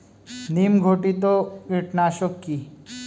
নিম ঘটিত কীটনাশক কি?